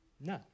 No